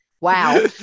Wow